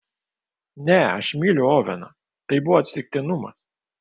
ne aš myliu oveną tai buvo atsitiktinumas